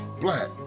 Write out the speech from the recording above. Black